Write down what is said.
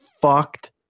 fucked